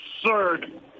absurd